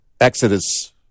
exodus